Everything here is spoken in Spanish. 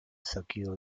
saqueo